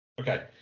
Okay